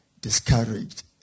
discouraged